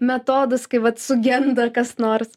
metodus kai vat sugenda kas nors